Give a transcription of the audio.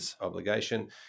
obligation